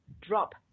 Drop